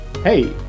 Hey